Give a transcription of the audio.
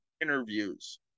interviews